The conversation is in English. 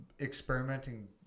experimenting